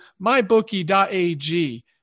mybookie.ag